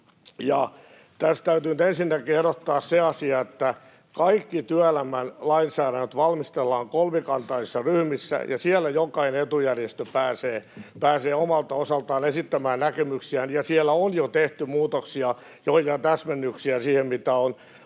Tässä täytyy nyt ensinnäkin erottaa se asia, että kaikki työelämän lainsäädännöt valmistellaan kolmikantaisissa ryhmissä, ja siellä jokainen etujärjestö pääsee omalta osaltaan esittämään näkemyksiään. Siellä on jo tehty muutoksia, joitain täsmennyksiä siihen, mitä on